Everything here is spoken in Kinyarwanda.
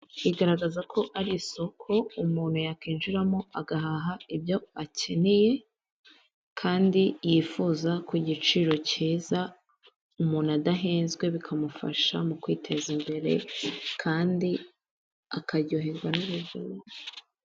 Igaragaza ko ari isoko umuntu yakinjiramo agahaha ibyo akeneye, kandi yifuza, ko igiciro cyiza, umuntu adahezwe, bikamufasha mu kwiteza imbere, kandi akaryoherwa n'ubuzima.